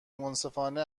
منصفانه